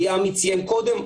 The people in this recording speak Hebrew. ליעמי ציין קודם,